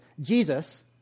Jesus